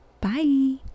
Bye